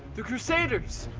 the crusaders,